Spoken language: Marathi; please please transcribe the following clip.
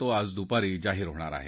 तो आज दुपारी जाहीर होणार आहे